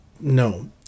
No